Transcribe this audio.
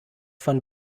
von